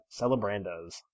Celebrandos